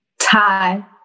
tie